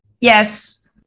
yes